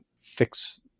fix